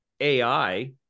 AI